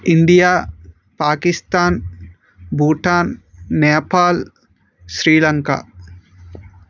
India Pakistan Bhutan Nepal Sri Lanka